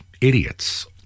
idiots